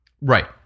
Right